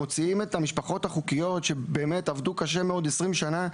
מוציאים את המשפחות החוקיות שבאמת עבדו קשה מאוד 20 שנה,